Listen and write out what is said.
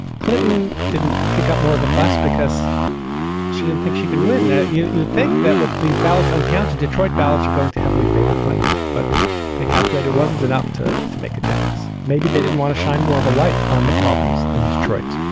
clinton didn't kick up more of a fuss because she didn't think she could win. you'd think that with these ballots uncounted, detroit ballots are going to heavily favor clinton. but they calculate it wasn't enough to to make a difference. maybe they didn't want to shine more of a light on the problems in detroit,